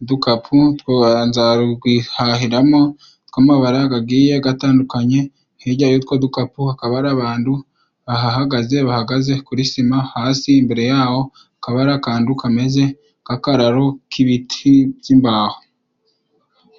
udukapu twa nzarwihahiramo tw'amabara gagiye gatandukanye. Hirya y' utwo dukapu, hakaba hari abandu bahahagaze. Bahagaze kuri sima hasi, imbere yaho akaba ari akandu kameze nk'akararo k'ibiti by'imbaho.